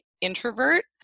introvert